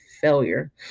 failure